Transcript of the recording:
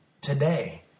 today